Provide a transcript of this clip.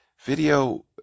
Video